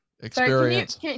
Experience